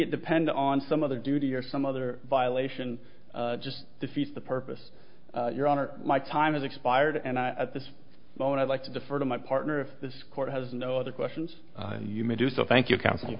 it depend on some other duty or some other violation just defeats the purpose your honor my time has expired and i at this moment i'd like to defer to my partner if this court has no other questions and you may do so thank you co